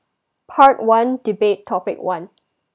part one debate topic one